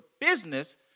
business